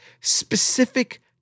specific